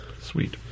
Sweet